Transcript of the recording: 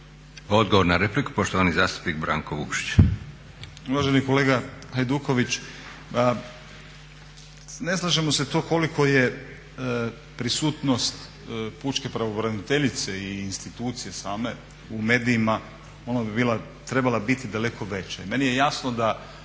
Odgovor na repliku poštovani zastupnik Branko Vukšić. **Vukšić, Branko (Nezavisni)** Uvaženi kolega Hajduković, pa ne slažemo se to koliko je prisutnost pučke pravobraniteljice i institucije same u medijima, ona bi trebala biti daleko veća. I meni je jasno da